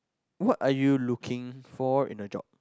what are you looking for in a job